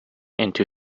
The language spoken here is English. into